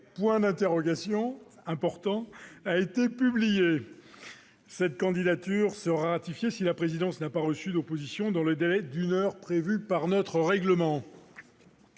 sociale des mobilités ?» a été publiée. Cette candidature sera ratifiée si la présidence n'a pas reçu d'opposition dans le délai d'une heure prévu par notre règlement.